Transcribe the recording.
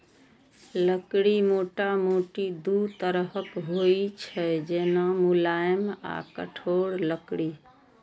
लकड़ी मोटामोटी दू तरहक होइ छै, जेना, मुलायम आ कठोर लकड़ी